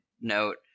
note